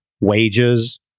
wages